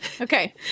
okay